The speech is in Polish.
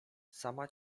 sama